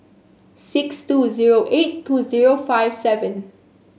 six two zero eight two zero five seven